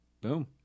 Boom